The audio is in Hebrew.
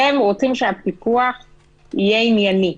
אתם רוצים שהפיקוח יהיה ענייני.